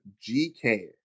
GK